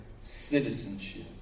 citizenship